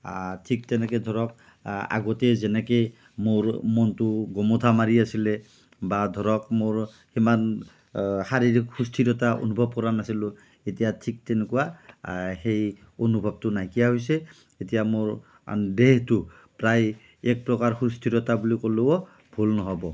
ঠিক তেনেকৈ ধৰক আগতে যেনেকৈ মোৰ মনটো গোমোঠা মাৰি আছিলে বা ধৰক মোৰ সিমান শাৰীৰিক সুস্থিৰতা অনুভৱ কৰা নাছিলোঁ এতিয়া ঠিক তেনেকুৱা সেই অনুভৱটো নাইকিয়া হৈছে এতিয়া মোৰ দেহটো প্ৰায় একপ্ৰকাৰ সুস্থিৰতা বুলি কলেও ভুল নহ'ব